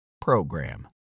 PROGRAM